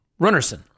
Runnerson